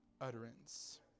utterance